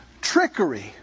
trickery